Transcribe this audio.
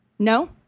No